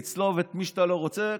לצלוב את מי שאתה לא רוצה,